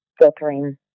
filtering